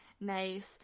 nice